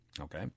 Okay